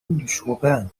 لشوبان